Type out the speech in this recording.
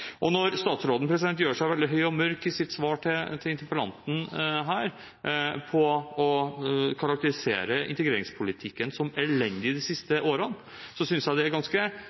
gjør seg veldig høy og mørk i sitt svar til interpellanten her når hun karakteriserer integreringspolitikken de siste årene som elendig, og jeg synes det som presenteres som framtidige tiltak, er ganske